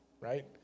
right